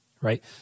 right